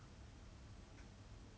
I also went to check the group